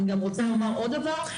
אני רוצה לומר עוד דבר.